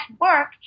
work